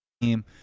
team